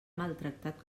maltractat